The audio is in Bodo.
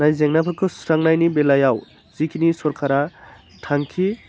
जाय जेंनाफोरखौ सुस्रांनायनि बेलायाव जिखिनि सरखारा थांखि